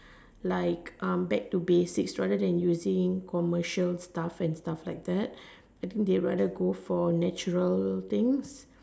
like um back to basics rather than using commercial stuff and stuff like that they can be rather go for natural things